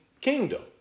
kingdom